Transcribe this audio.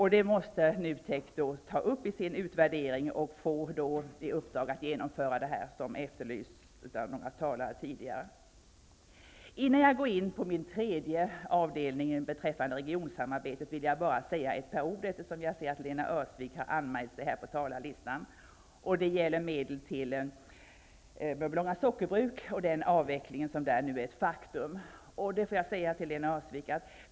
Det måste Nutek ta upp i sin utvärdering, och Nutek måste få i uppdrag att genomföra det, som har efterlysts av några talare tidigare. Innan jag går in på den tredje avdelningen, beträffande regionsamarbetet, vill jag bara säga ett par ord om medel till Mörbylånga sockerbruk och den avveckling som där nu är ett faktum, eftersom jag ser att Lena Öhrsvik är anmäld på talarlistan.